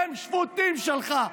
הם שפוטים שלך.